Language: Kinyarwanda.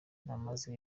namaze